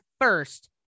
first